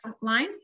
line